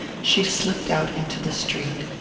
she slipped out into the street.